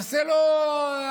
יעשה לו הכשרות.